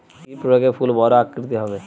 কি প্রয়োগে ফুল বড় আকৃতি হবে?